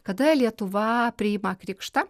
kada lietuva priima krikštą